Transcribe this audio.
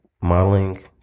modeling